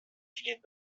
کلید